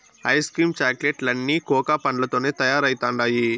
ice cream chocolate లన్నీ cocoa పండ్లతోనే తయారైతండాయి